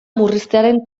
murriztearen